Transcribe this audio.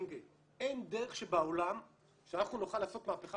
אין דרך שבעולם שאנחנו נוכל לעשות מהפכה